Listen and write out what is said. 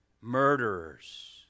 Murderers